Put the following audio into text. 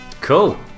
cool